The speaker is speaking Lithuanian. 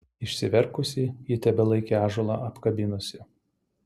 išsiverkusi ji tebelaikė ąžuolą apkabinusi